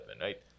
right